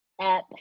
app